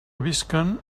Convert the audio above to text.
visquen